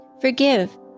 forgive